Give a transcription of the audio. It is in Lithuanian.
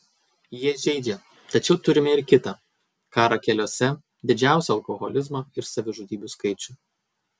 jie žeidžia tačiau turime ir kita karą keliuose didžiausią alkoholizmą ir savižudybių skaičių